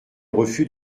refus